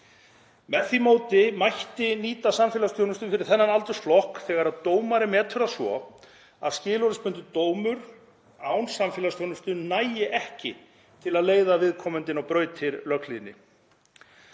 Með því móti mætti nýta samfélagsþjónustu fyrir þennan aldursflokk þegar dómari metur það svo að skilorðsbundinn dómur án samfélagsþjónustu nægi ekki til að leiða viðkomandi inn á brautir löghlýðni.